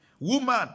woman